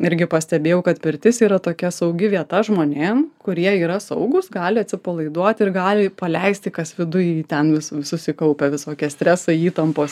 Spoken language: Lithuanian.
irgi pastebėjau kad pirtis yra tokia saugi vieta žmonėm kurie yra saugūs gali atsipalaiduoti ir gali paleisti kas viduj ten vis susikaupę visokias stresai įtampos